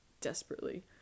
Desperately